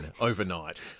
overnight